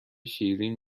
شیرین